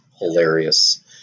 hilarious